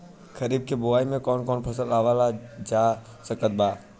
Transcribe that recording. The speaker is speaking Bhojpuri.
खरीब के बोआई मे कौन कौन फसल उगावाल जा सकत बा?